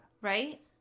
Right